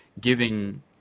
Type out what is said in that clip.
giving